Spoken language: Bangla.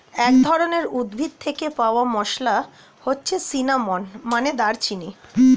এক ধরনের উদ্ভিদ থেকে পাওয়া মসলা হচ্ছে সিনামন, মানে দারুচিনি